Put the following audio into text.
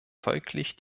folglich